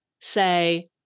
say